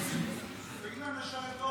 תגיד להם לשרת